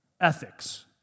Ethics